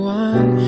one